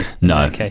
No